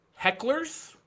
hecklers